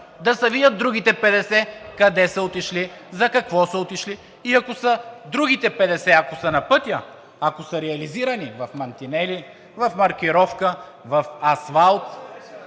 Да се видят другите 50 къде са отишли, за какво са отишли, и другите 50, ако са на пътя, ако са реализирани в мантинели, в маркировка, в асфалт